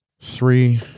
Three